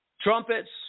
trumpets